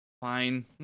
fine